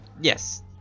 yes